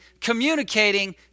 communicating